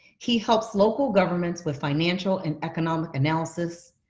he helps local governments with financial and economic analysis,